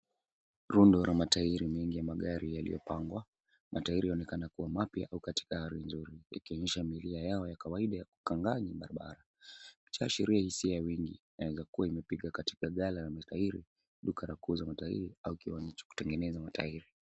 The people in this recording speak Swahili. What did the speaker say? Rundo la matairi mengi ya magari yaliyopangwa. Matairi yanaonekana kuwa mapya au katika hali nzuri, ikiisha milia yao ya kawaida ya kukanganya barabara, ikiashiria hisia ya wengi ingekuwa imepiga katika ghala la matairi, duka la kuuza matairi au kitengeza matahiri.